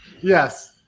Yes